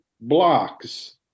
blocks